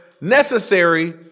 necessary